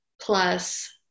plus